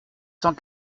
cent